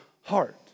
heart